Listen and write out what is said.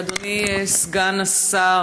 אדוני סגן השר,